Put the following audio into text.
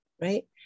right